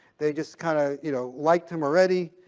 they just kind of you know liked him already.